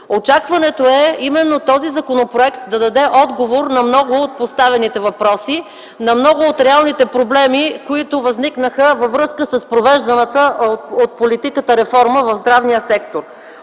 Очакването е този законопроект да даде отговор на много от поставените въпроси, на много от реалните проблеми, които възникнаха във връзка с провежданата политика в здравния сектор.